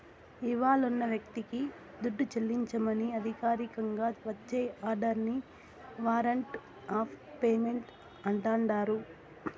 ఇవ్వాలున్న వ్యక్తికి దుడ్డు చెల్లించమని అధికారికంగా వచ్చే ఆర్డరిని వారంట్ ఆఫ్ పేమెంటు అంటాండారు